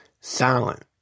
silent